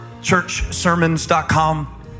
ChurchSermons.com